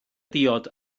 diod